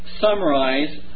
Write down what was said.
summarize